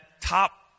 top